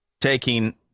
taking